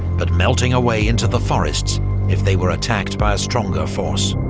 but melting away into the forests if they were attacked by a stronger force.